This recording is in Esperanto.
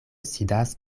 sidas